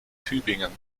tübingen